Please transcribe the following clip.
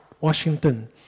Washington